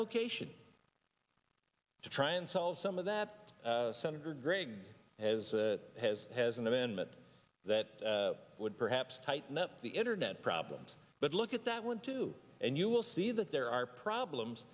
location to try and solve some of that senator gregg has has has an amendment that would perhaps tighten up the internet problems but look at that one too and you will see that there are problems